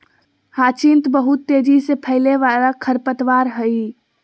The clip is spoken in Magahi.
ह्यचीन्थ बहुत तेजी से फैलय वाला खरपतवार हइ